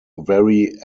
very